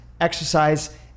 exercise